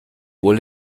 wohl